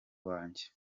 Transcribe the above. wanjye